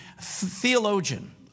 theologian